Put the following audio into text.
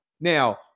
Now